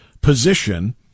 position